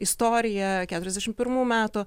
istoriją keturiasdešim pirmų metų